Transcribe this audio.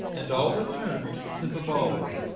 and all returned to the ball-room.